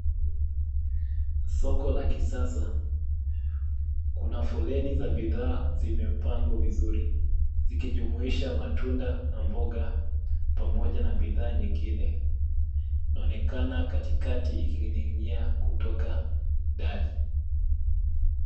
Soko la kisasa kuna foleni za bidhaa zimepangwa vizuri zikijumuisha matunda na mboga pamoja na bidhaa nyingine inaonekana katikati ikining'inia kutoka dari.